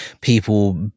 people